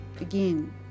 again